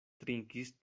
trinkis